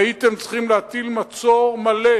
כי הייתם צריכים להטיל מצור מלא